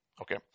Okay